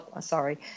sorry